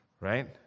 right